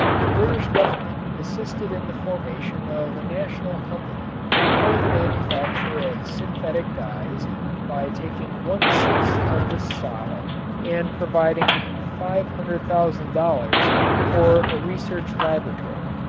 the british government assisted in the formation of a national company for the manufacture of synthetic dyes by taking one-sixth of the stock and providing five hundred thousand dollars for a research laboratory.